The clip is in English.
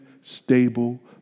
stable